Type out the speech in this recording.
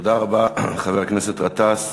תודה רבה לחבר הכנסת גטאס.